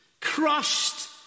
crushed